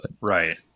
Right